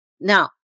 Now